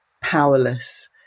powerless